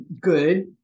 Good